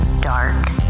dark